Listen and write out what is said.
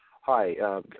Hi